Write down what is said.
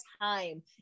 time